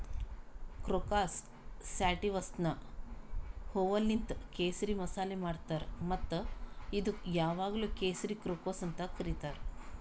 crocus ಸ್ಯಾಟಿವಸ್ನ ಹೂವೂಲಿಂತ್ ಕೇಸರಿ ಮಸಾಲೆ ಮಾಡ್ತಾರ್ ಮತ್ತ ಇದುಕ್ ಯಾವಾಗ್ಲೂ ಕೇಸರಿ ಕ್ರೋಕಸ್ ಅಂತ್ ಕರಿತಾರ್